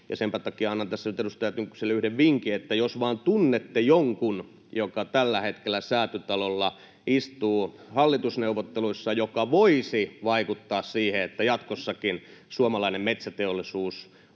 edustaja Tynkkyselle yhden vinkin. Jos vain tunnette jonkun, joka tällä hetkellä Säätytalolla istuu hallitusneuvotteluissa, joka voisi vaikuttaa siihen, että jatkossakin suomalainen metsäteollisuus